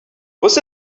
was